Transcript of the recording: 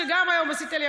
שגם היום עשית לי,